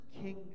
king